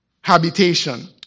habitation